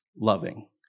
loving